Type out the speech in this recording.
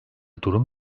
durum